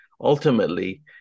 ultimately